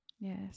Yes